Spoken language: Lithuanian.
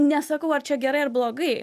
nesakau ar čia gerai ar blogai